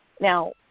Now